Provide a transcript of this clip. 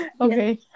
Okay